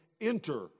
enter